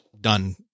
done